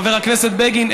חבר הכנסת בגין,